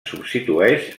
substitueix